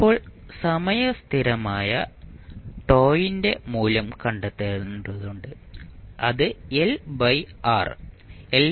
ഇപ്പോൾ സമയ സ്ഥിരമായ τ വിന്റെ മൂല്യം കണ്ടെത്തേണ്ടതുണ്ട് അത് LR